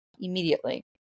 immediately